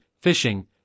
fishing